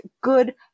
good